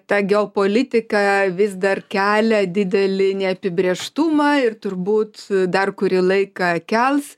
ta geopolitika vis dar kelia didelį neapibrėžtumą turbūt dar kurį laiką kels